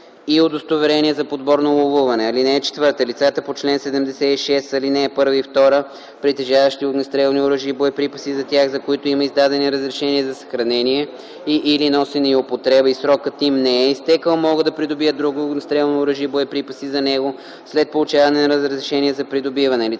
и удостоверение за подборно ловуване. (4) Лицата по чл. 76, ал. 1 и 2, притежаващи огнестрелни оръжия и боеприпаси за тях, за които имат издадени разрешения за съхранение и/или носене и употреба и срокът им не е изтекъл, могат да придобият друго огнестрелно оръжие и боеприпаси за него след получаване на разрешение за придобиване. Лицата